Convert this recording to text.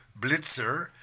Blitzer